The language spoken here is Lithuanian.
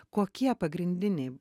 kokie pagrindiniai